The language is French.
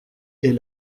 est